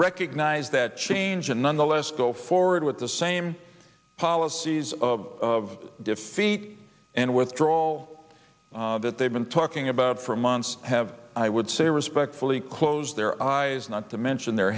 recognize that change and nonetheless go forward with the same policies of defeat and withdrawal that they've been talking about for months have i would say respectfully close their eyes not to mention their